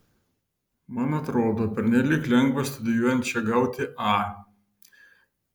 man atrodo pernelyg lengva studijuojant čia gauti a